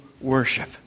worship